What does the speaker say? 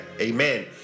amen